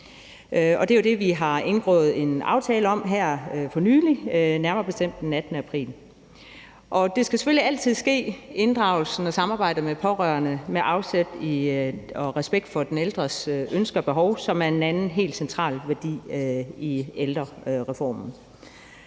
det er jo det, vi har indgået en aftale om her for nylig, nærmere bestemt den 18. april. Det, inddragelsen af og samarbejdet med pårørende, skal selvfølgelig altid ske med afsæt i og respekt for den ældres ønsker og behov, som er en anden helt central værdi i ældrereformen.